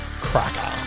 cracker